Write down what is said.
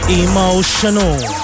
emotional